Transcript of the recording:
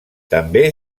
també